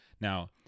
now